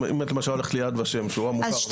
אם את למשל הולכת ליד ושם שהוא המוכר,